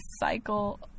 cycle